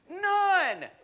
None